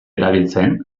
erabiltzen